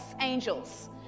angels